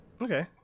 Okay